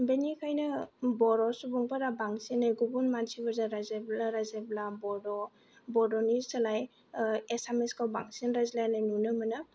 बेनिखायनो बर' सुबुंफोरा बांसिननै गुबुन मानसिफोरजों रायज्लायबा रायज्लायबा बर' बर'नि सोलाय एसामिसखौ बांसिन रायज्लायनाय नुनो मोनो